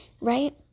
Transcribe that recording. right